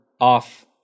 off-